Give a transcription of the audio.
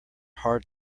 hard